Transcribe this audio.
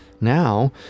Now